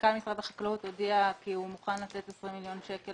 ומנכ"ל משרד החקלאות הודיע כי הוא מוכן לתת 20 מיליון שקלים